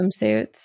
swimsuits